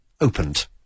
opened